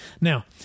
Now